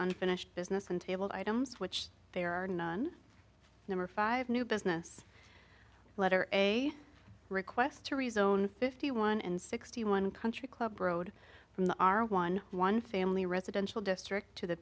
unfinished business and table items which there are none number five new business letter a request to rezone fifty one and sixty one country club road from the r one one family residential district to the